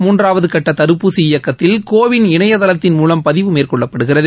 மூன்றாவது கட்ட தடுப்பூசி இயக்கத்தில் கோவிள் இணையதளத்தின் மூலம் பதிவு மேற்கொள்ளப்படுகிறது